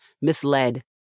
misled